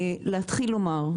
להתחיל לומר,